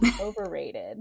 Overrated